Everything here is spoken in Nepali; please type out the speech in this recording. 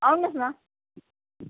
आउनुहोस् न